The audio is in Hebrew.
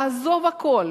לעזוב הכול,